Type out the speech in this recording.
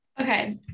Okay